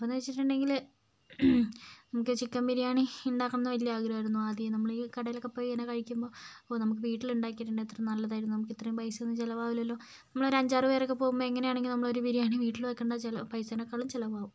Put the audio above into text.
അപ്പോന്ന് വെച്ചിട്ടുണ്ടെങ്കില് നമുക്ക് ചിക്കൻ ബിരിയാണി ഉണ്ടാകണമെന്ന് വലിയ ആഗ്രഹമായിരുന്നു ആദ്യമേ നമ്മൾ ഈ കടയിലൊക്കെ പോയി ഇങ്ങനെ കഴിക്കുമ്പോൾ അപ്പോൾ നമുക്ക് വീട്ടിൽ ഉണ്ടാക്കിയിട്ടുടെങ്കിൽ എത്ര നല്ലതായിരുന്നു നമുക്കിത്രയും പൈസയൊന്നും ചിലവാകിലല്ലോ നമ്മളോരഞ്ചാറ് പേരൊക്കെ പോകുമ്പോൾ എങ്ങനെയാണെങ്കിലും നമ്മളൊരു ബിരിയാണി വീട്ടിൽ വെക്കുന്ന ചില പൈസേനേക്കാളും ചിലവാകും